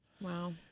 Wow